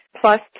Plus